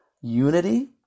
Unity